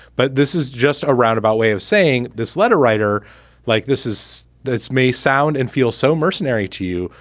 but this is just a roundabout way of saying this letter writer like this is this may sound and feel so mercenary to you,